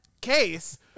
case